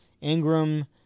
Ingram